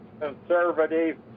conservative